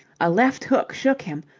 a left hook shook him,